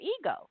ego